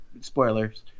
spoilers